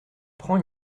prend